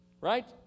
right